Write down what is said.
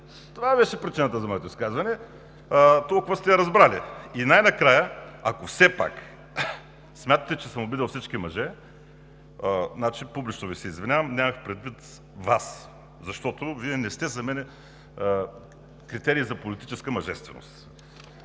Това беше причината за моето изказване. Толкова сте я разбрали. Най-накрая, ако все пак смятате, че съм обидил всички мъже, публично Ви се извинявам. Нямах предвид Вас, защото Вие не сте за мен критерий за политическа мъжественост.